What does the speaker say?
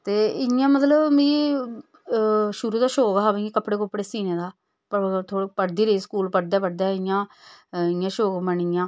ते इ'यां मतलब मिगी शूुरू दा शौंक हा कपड़े कुपड़े सीने दा पढ़दी रेही स्कूल पढ़दे पढ़दे इ'यां इ'यां शौंक बनिया